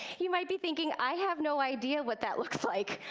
you might be thinking, i have no idea what that looks like.